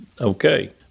okay